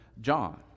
John